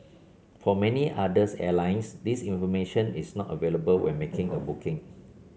for many others airlines this information is not available when making a booking